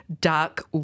dark